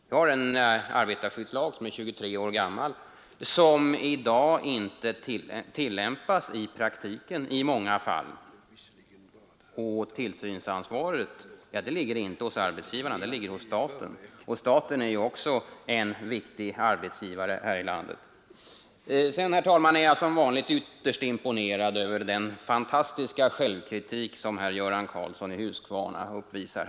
Vi har en arbetarskyddslag som är 23 år gammal och som i dag inte tillämpas i praktiken i många fall, och tillsynsansvaret ligger inte hos arbetsgivarna utan hos staten. Staten är ju också en viktig arbetsgivare här i landet. Som vanligt är jag, herr talman, ytterst imponerad av den fantastiska självkritik som herr Karlsson i Huskvarna visar.